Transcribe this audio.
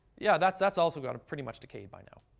yeah, that's that's also got to pretty much decay by now.